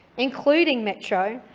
including metro.